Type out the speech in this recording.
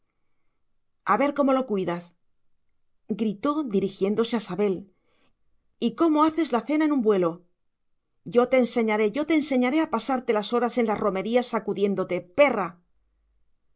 a ver cómo lo cuidas gritó dirigiéndose a sabel y cómo haces la cena en un vuelo yo te enseñaré yo te enseñaré a pasarte las horas en las romerías sacudiéndote perra